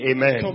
Amen